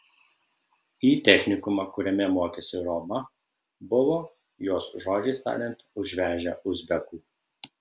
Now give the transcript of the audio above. į technikumą kuriame mokėsi roma buvo jos žodžiais tariant užvežę uzbekų